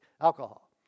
alcohol